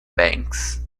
banks